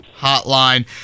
Hotline